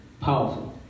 powerful